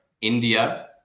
India